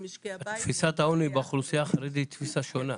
תפיסת העוני באוכלוסייה החרדית היא תפיסה שונה.